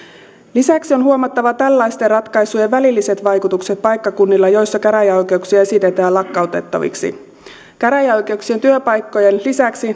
lisäksi on huomattava tällaisten ratkaisujen välilliset vaikutukset paikkakunnilla joilla käräjäoikeuksia esitetään lakkautettaviksi käräjäoikeuksien työpaikkojen lisäksi